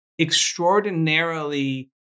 extraordinarily